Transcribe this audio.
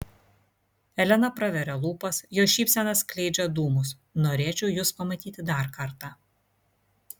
elena praveria lūpas jos šypsena skleidžia dūmus norėčiau jus pamatyti dar kartą